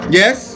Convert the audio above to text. yes